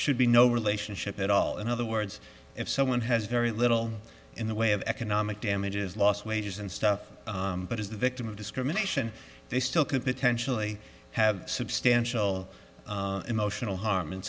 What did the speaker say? should be no relationship at all in other words if someone has very little in the way of economic damages lost wages and stuff but is the victim of discrimination they still could potentially have substantial emotional harm